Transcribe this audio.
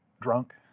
drunk